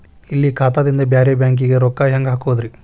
ಇಲ್ಲಿ ಖಾತಾದಿಂದ ಬೇರೆ ಬ್ಯಾಂಕಿಗೆ ರೊಕ್ಕ ಹೆಂಗ್ ಹಾಕೋದ್ರಿ?